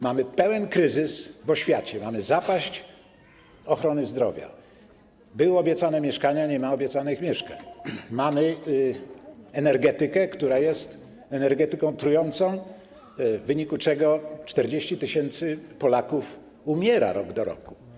Mamy pełen kryzys w oświacie, mamy zapaść ochrony zdrowia, były obiecane mieszkania, nie ma obiecanych mieszkań, mamy energetykę, która jest energetyką trującą, w wyniku czego 40 tys. Polaków umiera co roku.